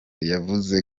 yavuze